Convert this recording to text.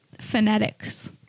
phonetics